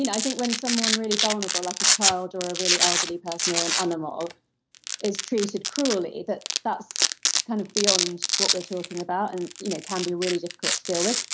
and i think when someone really vulnerable like a child or a really elderly person or an animal is treated cruelly, that that's kind of beyond what we're talking about and you know can be really difficult to deal with.